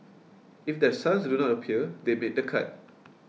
if their sons do not appear they made the cut